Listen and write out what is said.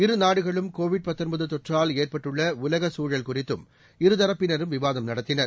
இரு நாடுகளும் கோவிட் தொற்றால் ஏற்பட்டுள்ளஉலகசூழல் குறித்தும் இரு தரப்பினரும் விவாதம் நடத்தினர்